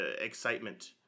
excitement